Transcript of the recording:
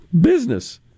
business